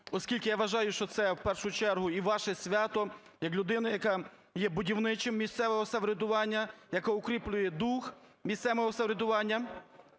оскільки, я вважаю, що це, в першу чергу, і ваше свято, як людини, яка є будівничим місцевого самоврядування, яка укріплює дух місцевим самоврядуванням.